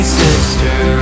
sister